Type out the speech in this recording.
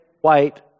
white